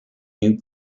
new